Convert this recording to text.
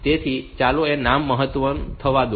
તેથી ચાલો તે નામને મહત્તમ થવા દો